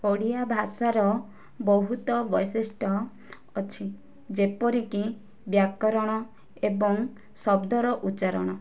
ଓଡ଼ିଆ ଭାଷାର ବହୁତ ବୈଶିଷ୍ଟ ଅଛି ଯେପରିକି ବ୍ୟାକରଣ ଏବଂ ଶବ୍ଦର ଉଚ୍ଚାରଣ